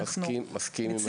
אני מסכים עם ההערה.